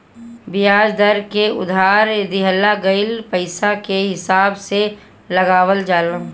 बियाज दर के उधार लिहल गईल पईसा के हिसाब से लगावल जाला